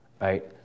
Right